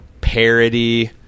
parody